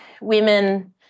women